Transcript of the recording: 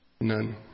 None